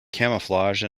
camouflage